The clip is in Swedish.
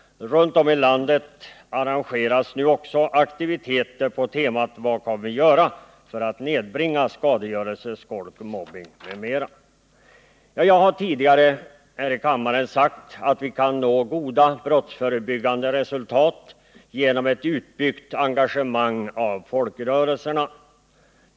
Runt om i landet arrangeras också aktiviteter kring temat: Vad kan vi göra för att nedbringa skadegörelse, skolk, mobbning m.m.? Jag har tidigare här i kammaren sagt att vi kan nå goda brottsförebyggande resultat genom ett utbyggt engagemang av folkrörelserna.